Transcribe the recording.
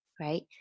right